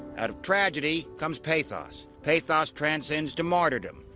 out of tragedy comes pathos. pathos transcends to martyrdom.